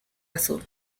azul